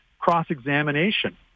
cross-examination